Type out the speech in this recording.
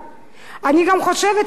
אני גם חושבת שאולי אם אנחנו,